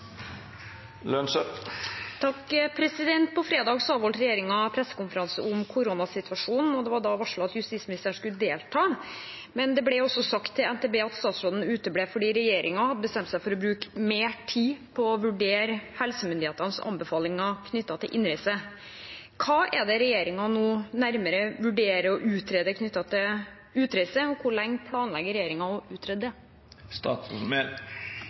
da varslet at justisministeren skulle delta, men det ble sagt til NTB at statsråden uteble fordi regjeringen hadde bestemt seg for å bruke mer tid på å vurdere helsemyndighetenes anbefalinger knyttet til innreise. Hva er det regjeringen nå nærmere vurderer å utrede knyttet til innreise, og hvor lenge planlegger regjeringen å utrede